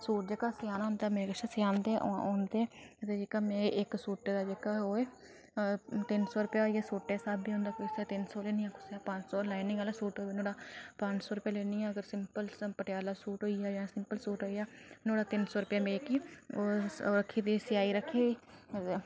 suit जेह्का सिआना होंदा मेरे कश औंदे ते सिआंदे ते जेह्का में इक्क सूटै दा जेह्का तिन सौ रपेआ आई गेआ कुसै कोला तीन सौ लैन्नी ते लाईनिंग आह्ला सूट ते ओह्दा पंज सौ लैन्नी आं ते पटियाला सूट होइया जां सिंपल सूट होइया नुहाड़ा तिन सौ रपेआ सेआई रक्खी दी ते